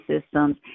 systems